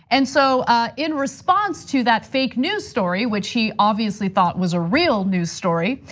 and so in response to that fake news story, which he obviously thought was a real news story,